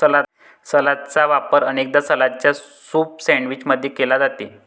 सलादचा वापर अनेकदा सलादच्या सूप सैंडविच मध्ये केला जाते